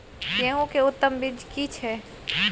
गेहूं के उत्तम बीज की छै?